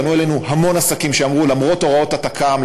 פנו אלינו המון עסקים שאמרו: למרות הוראות התכ"ם,